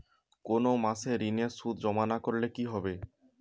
কোনো মাসে ঋণের সুদ জমা না করলে কি হবে?